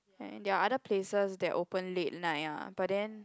ya and there are other places that open late night ah but then